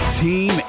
team